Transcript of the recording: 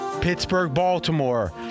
Pittsburgh-Baltimore